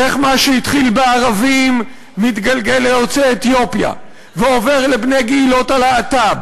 איך מה שהתחיל בערבים מתגלגל ליוצאי אתיופיה ועובר לבני קהילות הלהט"ב,